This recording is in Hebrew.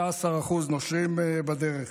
16% נושרים בדרך,